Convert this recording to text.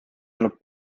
olnud